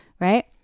right